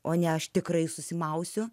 o ne aš tikrai susimausiu